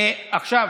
עכשיו